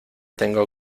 tengo